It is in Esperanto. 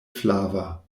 flava